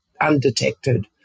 undetected